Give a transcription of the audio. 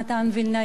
חמה מאוד.